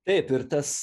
taip ir tas